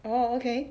oh okay